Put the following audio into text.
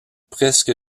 presque